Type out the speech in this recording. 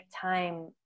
time